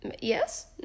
yes